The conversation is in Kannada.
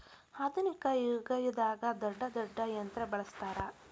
ಆದುನಿಕ ಯುಗದಾಗ ದೊಡ್ಡ ದೊಡ್ಡ ಯಂತ್ರಾ ಬಳಸ್ತಾರ